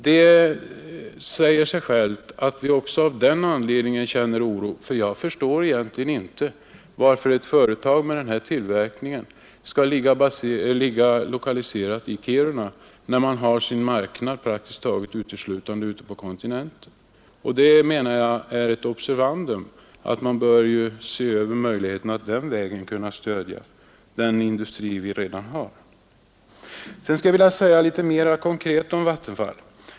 Det säger sig självt att vi också känner oro av den anledningen. Jag förstår egentligen inte varför ett företag med denna tillverkning skall vara lokaliserat i Kiruna när man har sin marknad nästan uteslutande ute på kontinenten. Jag menar att detta är ett observandum och att man bör se över möjligheterna att på den vägen kunna stödja den industri vi redan har. Sedan skulle jag vilja säga litet mera konkret om Vattenfall.